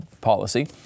policy